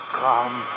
come